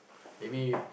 maybe